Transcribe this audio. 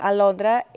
Alondra